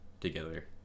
Together